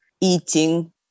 eating